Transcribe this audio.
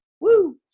woo